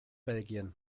belgien